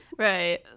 Right